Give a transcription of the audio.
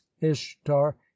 ishtar